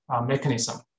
mechanism